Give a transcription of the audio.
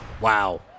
wow